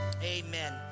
amen